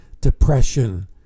depression